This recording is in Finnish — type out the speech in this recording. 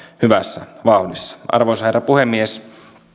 hyvässä vauhdissa arvoisa herra puhemies